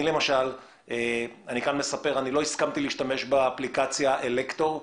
אני למשל לא הסכמתי להשתמש באפליקציה "אלקטור"